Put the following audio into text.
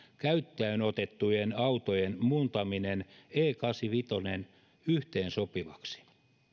käyttöönotettujen autojen muuntaminen e kahdeksankymmentäviisi yhteensopivaksi